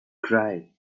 cry